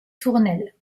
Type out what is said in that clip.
tournelles